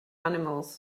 animals